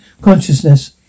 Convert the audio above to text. consciousness